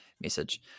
message